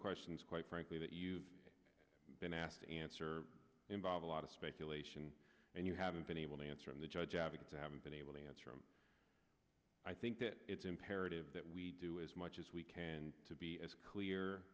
questions quite frankly that you been asked answer involve a lot of speculation and you haven't been able to answer and the judge advocates haven't been able to answer him i think that it's imperative that we do as much as we can to be as clear